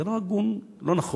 זה לא הגון, לא נכון.